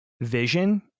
vision